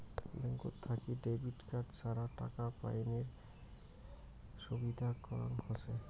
ব্যাঙ্কত থাকি debit card ছাড়া টাকা পাইনের সুবিধা করাং হসে